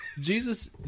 Jesus